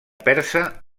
persa